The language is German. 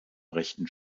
rechten